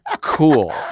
cool